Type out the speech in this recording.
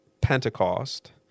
Pentecost